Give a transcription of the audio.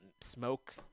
smoke